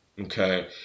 okay